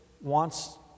wants